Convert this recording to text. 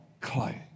clay